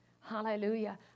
hallelujah